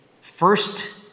first